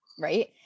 Right